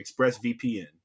ExpressVPN